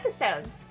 episode